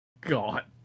God